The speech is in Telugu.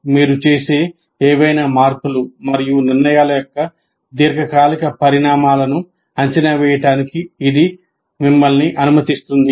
మీరు చేసే ఏవైనా మార్పులు మరియు నిర్ణయాల యొక్క దీర్ఘకాలిక పరిణామాలను అంచనా వేయడానికి ఇది మిమ్మల్ని అనుమతిస్తుంది